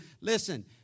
listen